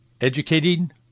educating